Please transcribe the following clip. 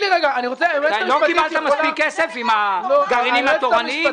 בצלאל, לא קיבלת מספיק כסף עם הגרעינים התורניים?